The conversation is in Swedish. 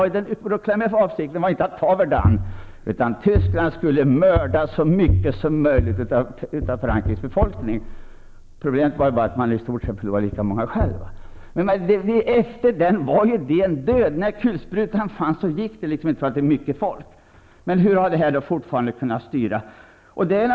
Avsikten var inte att ta Verdun, utan Tyskland skulle döda så mycket som möjligt av Frankrikes unga manliga befolkning. Problemet var bara att Tyskland i stort sett förlorade lika många människor. Efter detta var idén död. När kulsprutan fanns räckte det inte med att man hade mycket folk. Hur har då denna idé kunnat fortsätta att styra?